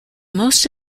most